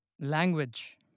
language